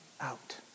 out